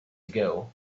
ago